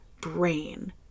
brain